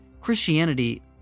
Christianity